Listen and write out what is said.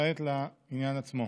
כעת לעניין עצמו.